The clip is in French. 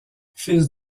fils